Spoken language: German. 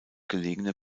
gelegene